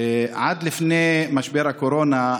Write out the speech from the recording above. עד לפני משבר הקורונה,